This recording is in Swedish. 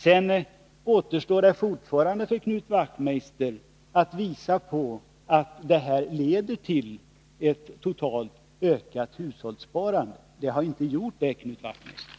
Sedan återstår fortfarande för Knut Wachtmeister att visa att detta system leder till ett totalt sett ökat hushållssparande. Så har inte blivit fallet, Knut Wachtmeister.